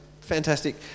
fantastic